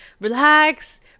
relax